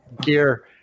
gear